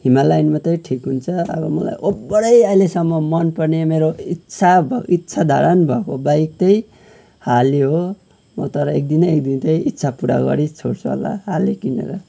Himalayan मात्रै ठिक हुन्छ अब मलाई ओभरै अहिलेसम्म मनपर्ने मेरो इच्छा भ इच्छाधारण भएको बाइक चाहिँ हार्ली हो म तर एकदिन न एकदिन चाहिँ इच्छा पुरा गरी छोड्छु होला हार्ली किनेर